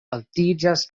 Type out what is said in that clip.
altiĝas